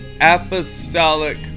apostolic